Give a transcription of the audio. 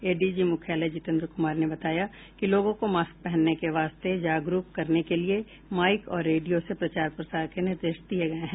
ADG मुख्यालय जितेन्द्र कुमार ने बताया कि लोगों को मास्क पहनने के वास्ते जागरूक करने के लिए माईक और रेडियो से प्रचार प्रसार के निर्देश दिये गये हैं